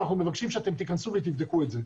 אנחנו מבקשים שאתם תיכנסו ותבדקו את זה.